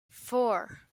four